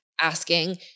asking